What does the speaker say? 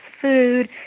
food